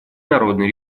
народной